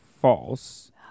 false